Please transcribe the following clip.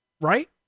Right